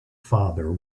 father